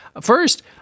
First